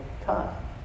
time